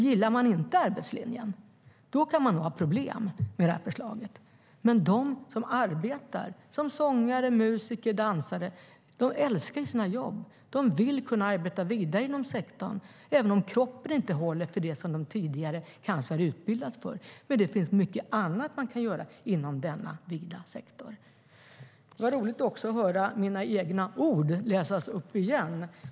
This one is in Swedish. Gillar man inte arbetslinjen kan man ha problem med det här förslaget, men de som arbetar som sångare, musiker eller dansare älskar ju sina jobb. De vill kunna arbeta vidare inom sektorn även om kroppen inte håller för det som de tidigare kanske har utbildats för. Det finns mycket annat man kan göra inom denna vida sektor. Det var också roligt att höra mina egna ord läsas upp igen.